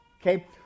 okay